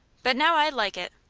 but now i like it.